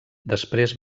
després